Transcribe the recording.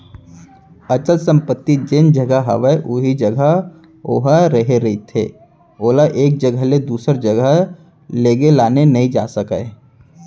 अचल संपत्ति जेन जघा हवय उही जघा ओहा रेहे रहिथे ओला एक जघा ले दूसर जघा लेगे लाने नइ जा सकय